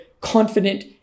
confident